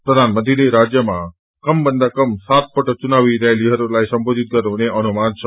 प्रधानमंत्रीले राज्यमा कमभन्छा कम सात पल्ट चुनावी रयालीहरूलाई सम्बोधित गर्नुहुने अनुमान छ